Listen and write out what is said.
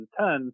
2010